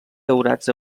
daurats